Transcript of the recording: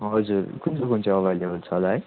हजुर कुन चाहिँ कुन चाहिँ एभाइलेबल छ होला है